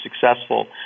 successful